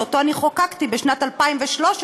שאותו אני חוקקתי בשנת 2013,